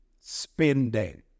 spending